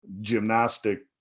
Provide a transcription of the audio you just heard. gymnastic